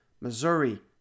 Missouri